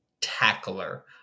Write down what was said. tackler